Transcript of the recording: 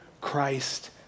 Christ